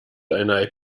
eine